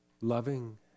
loving